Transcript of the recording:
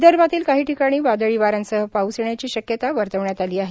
विदर्भातील काही ठिकाणी वादळी वाऱ्यासह पाउस येण्याची शक्यता वर्तवण्यात आली आहे